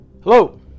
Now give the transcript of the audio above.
Hello